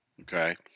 okay